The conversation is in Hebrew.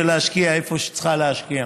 להשקיע איפה שהיא צריכה להשקיע.